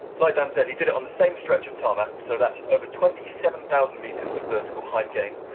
like dan said, he did it on the same stretch of tarmac so that's over twenty seven thousand meters of vertical height gain,